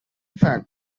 fact